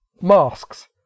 masks